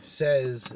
says